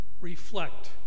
reflect